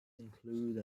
include